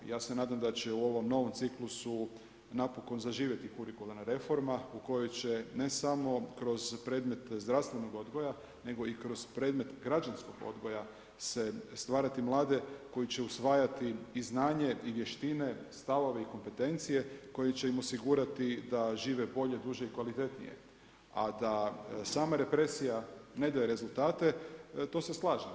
Ja se nadam da će u ovom novom ciklusu napokon zaživjeti kurikularna reforma u kojoj će ne samo kroz predmete zdravstvenog odgoja, nego i kroz predmet građanskog odgoja se stvarati mlade koji će usvajati i znanje i vještine i stavove i kompetencije koji će im osigurati da žive bolje, duže i kvalitetnije, a da sama represija ne daje rezultate, to se slažem.